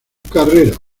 carrera